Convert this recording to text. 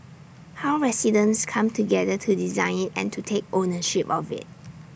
how residents come together to design IT and to take ownership of IT